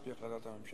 על-פי החלטת הממשלה.